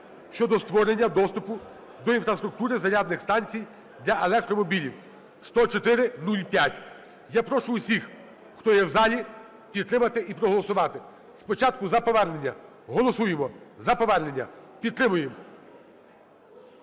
щодо створення доступу до інфраструктури зарядних станцій для електромобілів (10405). Я прошу усіх, хто є в залі, підтримати і проголосувати. Спочатку за повернення. Голосуємо за повернення, підтримуємо.